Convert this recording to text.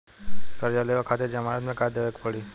कर्जा लेवे खातिर जमानत मे का देवे के पड़ी?